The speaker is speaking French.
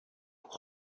pour